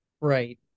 Right